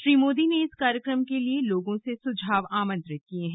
श्री मोदी ने इस कार्यक्रम के लिए लोगों से सुझाव आमंत्रित किये हैं